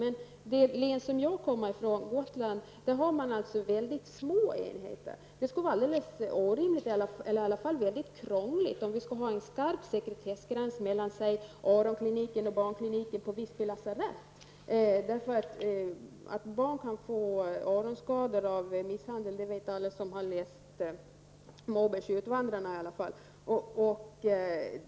Men i det län som jag kommer ifrån -- Gotland -- har man väldigt små enheter. Det skulle vara alldeles orimligt eller i varje fall väldigt krångligt om vi skulle ha en skarp sekretessgräns mellan t.ex. Att barn kan få öronskador av misshandel vet i varje fall alla som har läst Mobergs Utvandrarna.